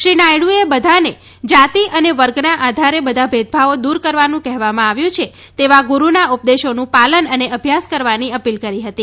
શ્રી નાયડુએ બધાને જાતિ અને વર્ગના આધારે બધા ભેદભાવો દૂર કરવાનું કહેવામાં આવ્યું છે તેવા ગુરૂનાં ઉપદેશોનું પાલન અને અભ્યાસ કરવાની અપીલ કરી હતી